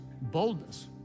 boldness